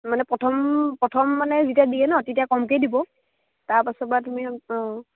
মানে প্ৰথম প্ৰথম মানে যেতিয়া দিয়ে ন তেতিয়া কমকৈ দিব তাৰপাছৰ পৰা তুমি অঁ